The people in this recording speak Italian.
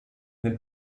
nel